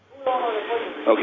Okay